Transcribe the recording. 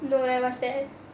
no eh what's that